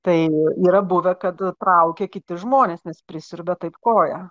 tai yra buvę kad traukia kiti žmonės nes prisiurbia taip koją